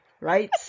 Right